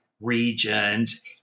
regions